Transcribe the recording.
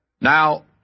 Now